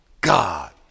God